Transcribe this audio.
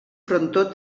frontó